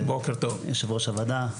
יושב ראש הוועדה,